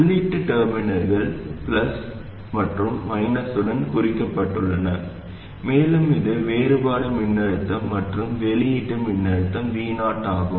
உள்ளீட்டு டெர்மினல்கள் பிளஸ் மற்றும் மைனஸுடன் குறிக்கப்பட்டுள்ளன மேலும் இது வேறுபாடு மின்னழுத்தம் மற்றும் வெளியீட்டு மின்னழுத்தம் Vo ஆகும்